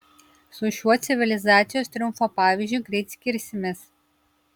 su šiuo civilizacijos triumfo pavyzdžiu greit skirsimės